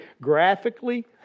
graphically